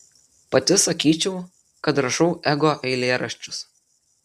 pati sakyčiau kad rašau ego eilėraščius